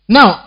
Now